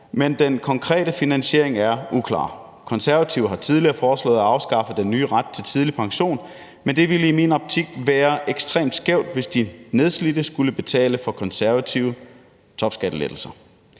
men den konkrete finansiering er uklar. Konservative har tidligere foreslået at afskaffe den nye ret til tidlig pension, men det ville i min optik være ekstremt skævt, hvis de nedslidte skulle betale for konservative topskattelettelser.